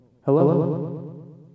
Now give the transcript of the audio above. Hello